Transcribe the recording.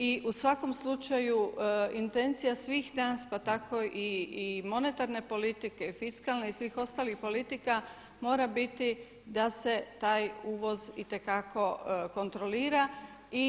I u svakom slučaju intencija svih nas pa tako i monetarne politike, fiskalne i svih ostalih politika mora biti da se taj uvoz itekako kontrolira.